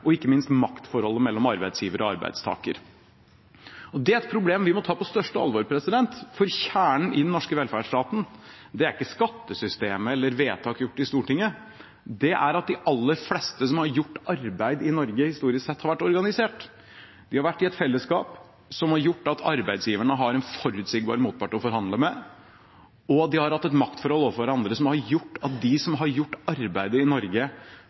og ikke minst maktforholdet mellom arbeidsgiver og arbeidstaker. Det er et problem vi må ta på største alvor, for kjernen i den norske velferdsstaten er ikke skattesystemet eller vedtak gjort i Stortinget. Det er at de aller fleste som har gjort arbeid i Norge historisk sett, har vært organisert. De har vært i et fellesskap som har gjort at arbeidsgiverne har en forutsigbar motpart å forhandle med, og de har hatt et maktforhold overfor hverandre som har gjort at de som har gjort arbeidet i Norge,